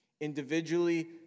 Individually